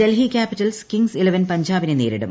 ഇന്ന് Delhi Capitals Kings Eleven പഞ്ചാബിനെ നേരിടും